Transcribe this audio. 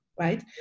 right